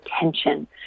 attention